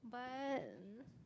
but